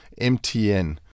MTN